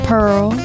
Pearl